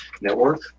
Network